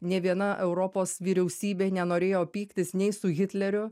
nė viena europos vyriausybė nenorėjo pyktis nei su hitleriu